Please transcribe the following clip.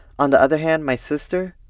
on the other hand, my sister?